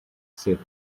sheath